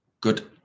good